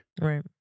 Right